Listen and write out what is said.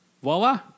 voila